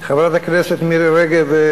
חברת הכנסת מירי רגב,